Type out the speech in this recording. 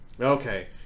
Okay